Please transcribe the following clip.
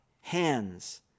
hands